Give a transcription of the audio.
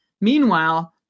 Meanwhile